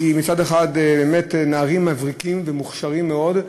מצד אחד, נערים מבריקים ומוכשרים מאוד,